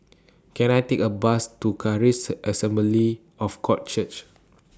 Can I Take A Bus to Charis Assembly of God Church